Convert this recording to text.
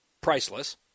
priceless